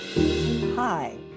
Hi